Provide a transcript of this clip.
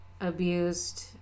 abused